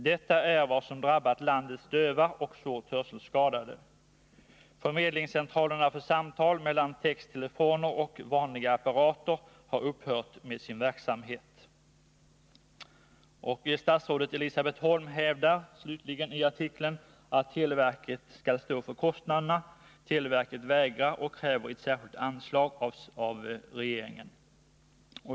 Detta är vad som drabbat landets döva och svårt hörselskadade. Fördelningscentralerna för samtal mellan texttelefoner och vanliga apparater har upphört med sin verksamhet. Statsrådet Elisabet Holm hävdar slutligen, enligt artikeln, att televerket skall stå för kostnaderna. Televerket vägrar och kräver ett särskilt anslag av regeringen.